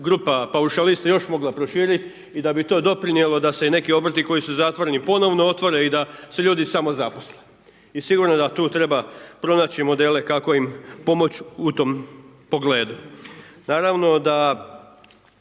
grupa paušalista još mogla proširiti i da bi to doprinjelo da se i neki obrti koji su zatvoreni, ponovno otvore i da se ljudi samozaposle. I sigurno da tu treba pronaći modele kako im pomoći u tom pogledu. Naravno da